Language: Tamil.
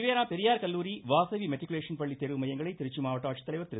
வெரா பெரியார் கல்லூரி வாசவி மெட்ரிக்குலேஷன் பள்ளி தேர்வுமையங்களை திருச்சி மாவட்ட ஆட்சித்தலைவர் திரு